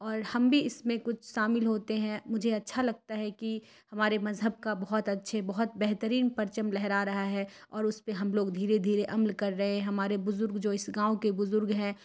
اور ہم بھی اس میں کچھ شامل ہوتے ہیں مجھے اچھا لگتا ہے کہ ہمارے مذہب کا بہت اچھے بہت بہترین پرچم لہرا رہا ہے اور اس پہ ہم لوگ دھیرے دھیرے عمل کر رہے ہیں ہمارے بزرگ جو اس گاؤں کے بزرگ ہیں